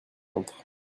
entre